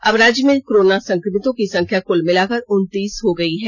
अब राज्य में कोरोना संक्रमितों की संख्या कुल मिलाकर उनतीस हो गयी है